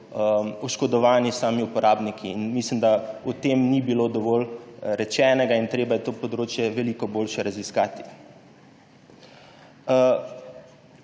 oškodovani sami uporabniki. Mislim, da o tem ni bilo dovolj rečenega in je treba to področje veliko boljše raziskati.